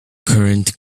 current